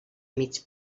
mig